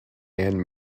and